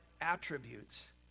attributes